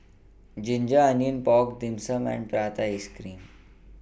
Ginger Onions Pork Dim Sum and Prata Ice Cream